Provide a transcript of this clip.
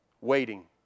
waiting